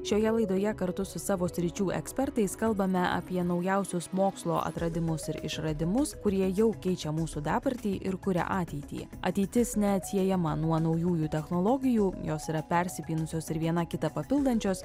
šioje laidoje kartu su savo sričių ekspertais kalbame apie naujausius mokslo atradimus ir išradimus kurie jau keičia mūsų dabartį ir kuria ateitį ateitis neatsiejama nuo naujųjų technologijų jos yra persipynusios ir viena kitą papildančios